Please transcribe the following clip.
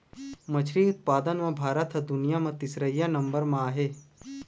मछरी उत्पादन म भारत ह दुनिया म तीसरइया नंबर म आहे